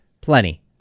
plenty